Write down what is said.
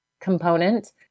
component